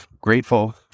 grateful